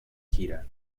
gira